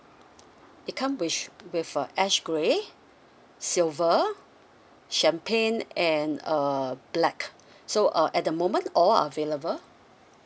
it come wish with a ash grey silver champagne and uh black so uh at the moment all are available